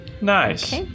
Nice